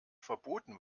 verboten